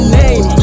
name